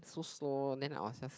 so slow then I was just